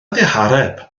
ddihareb